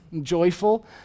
joyful